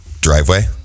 driveway